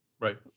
Right